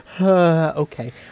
Okay